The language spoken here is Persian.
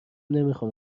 نمیخام